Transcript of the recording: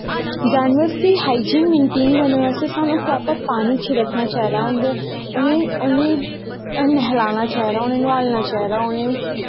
जानवर दी हाईजीन गी मैंन्टेन करनें बास्तै स्हानू प्रापर पानी शिड़कनां चाही दा उंदे उनेंगी नैहलाना चाही दा उ'नेंगी